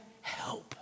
help